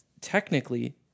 technically